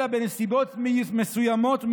אלא בנסיבות מסוימות מאוד,